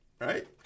right